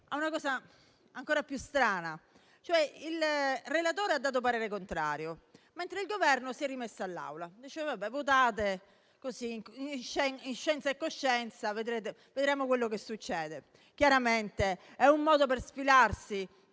a una cosa ancora più strana: il relatore ha dato parere contrario, mentre il Governo si è rimesso all'Aula: votate in scienza e coscienza e vedremo quello che succede. Chiaramente, è un modo per sfilarsi